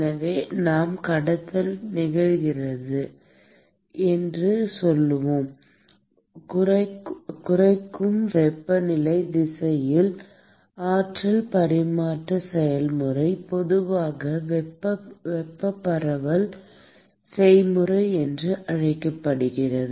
எனவே நாம் கடத்தல் நிகழ்கிறது என்று சொல்வோம் குறைக்கும் வெப்பநிலை திசையில் ஆற்றல் பரிமாற்ற செயல்முறை பொதுவாக வெப்ப பரவல் செய்முறை என்று அழைக்கப்படுகிறது